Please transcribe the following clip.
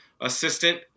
assistant